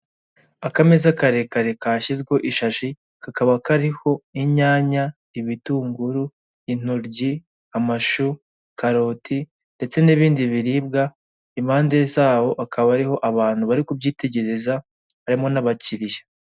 Akameza karekare kashyizweho ishashi, kakaba kariho inyanya, ibitunguru, intoryi, amashu, karoti ndetse n'ibindi biribwa, impande zabo akaba ariho abantu bari kubyitegereza, harimo n'abakiriya.